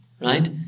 Right